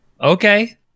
Okay